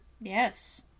Yes